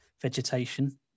vegetation